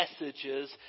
messages